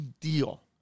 deal